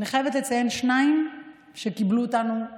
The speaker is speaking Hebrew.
אני חייבת לציין שניים שקיבלנו אותנו באהבה: